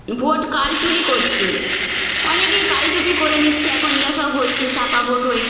vote কারচুপি করছে অনেকেই কারচুপি করে নিচ্ছে এই যা সব হচ্ছে ছাপ্পা ভোট হয়ে